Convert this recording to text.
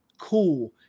cool